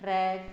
truck